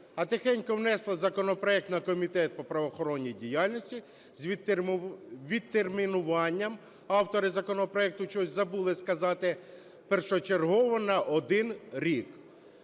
а тихенько внесли законопроект на Комітет по правоохоронній діяльності з відтермінуванням, автори законопроекту чогось забули сказати, першочергово на один рік.